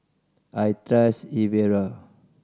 I trust Ezerra